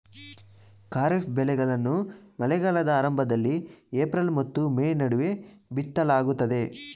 ಖಾರಿಫ್ ಬೆಳೆಗಳನ್ನು ಮಳೆಗಾಲದ ಆರಂಭದಲ್ಲಿ ಏಪ್ರಿಲ್ ಮತ್ತು ಮೇ ನಡುವೆ ಬಿತ್ತಲಾಗುತ್ತದೆ